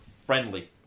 friendly